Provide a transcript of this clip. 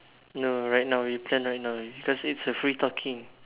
no right now we plan right now because it's a free talking